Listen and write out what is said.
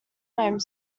name